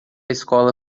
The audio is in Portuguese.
escola